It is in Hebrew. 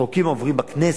חוקים עוברים בכנסת.